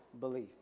belief